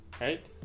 Right